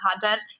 content